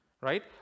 right